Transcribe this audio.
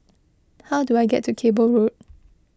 how do I get to Cable Road